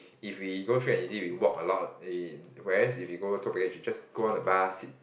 if we go free and easy we walk a lot eh whereas if we go tour package we just go on the bus sit